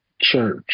church